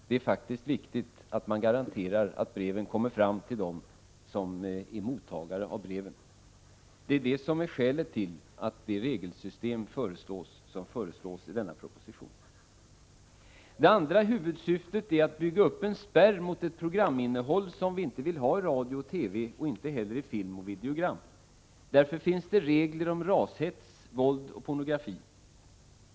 Det är faktiskt viktigt att man garanterar att breven kommer fram till sina mottagare. Det är det som är skälet till att det regelsystem föreslås som vi föreslår i denna proposition. Det andra huvudsyftet är att bygga upp en spärr mot ett programinnehåll som vi inte vill ha i radio och TV och inte heller i film och videogram. Därför finns det regler om rashets, våld och pornografi.